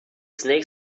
snake